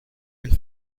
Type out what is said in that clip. and